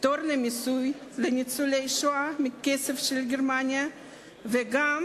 פטור ממיסוי לניצולי השואה על כסף של גרמניה וגם